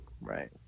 Right